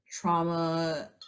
trauma